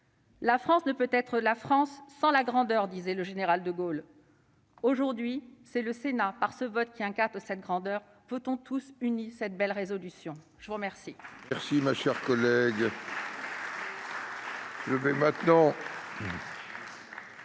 La France ne peut être la France sans la grandeur », disait le général de Gaulle. Aujourd'hui, c'est le Sénat, par ce vote, qui incarne cette grandeur. Votons tous unis cette belle proposition de résolution